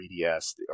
3ds